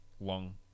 long